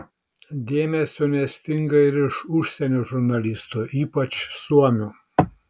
dėmesio nestinga ir iš užsienio žurnalistų ypač suomių